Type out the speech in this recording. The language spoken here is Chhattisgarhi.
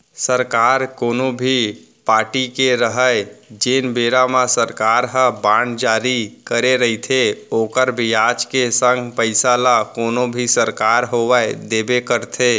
सरकार कोनो भी पारटी के रहय जेन बेरा म सरकार ह बांड जारी करे रइथे ओखर बियाज के संग पइसा ल कोनो भी सरकार होवय देबे करथे